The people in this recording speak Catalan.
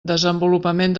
desenvolupament